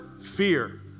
fear